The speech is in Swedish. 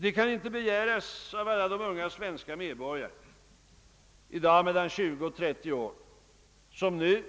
Det kan inte begäras att alla de unga svenska medborgare, i dag mellan 20— 30 år, som nu,